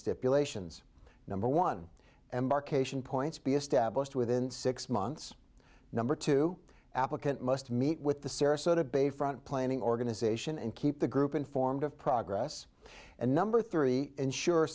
stipulations number one embarkation points be established within six months number two applicant must meet with the sarasota bayfront planning organization and keep the group informed of progress and number three ensure